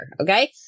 Okay